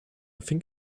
think